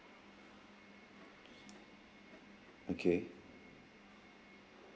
okay